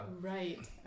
Right